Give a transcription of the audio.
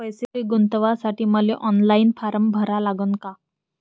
पैसे गुंतवासाठी मले ऑनलाईन फारम भरा लागन का?